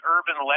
Urban